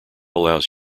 allows